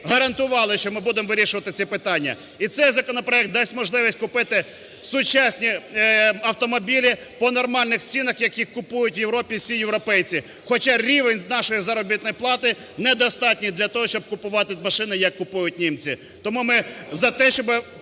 гарантували, що ми будемо вирішувати ці питання. І цей законопроект дасть можливість купити сучасні автомобілі по нормальних цінах, як їх купують у Європі всі європейці, хоча рівень нашої заробітної плати недостатній для того, щоб купувати машини, яку купують німці. Тому ми за те, щоб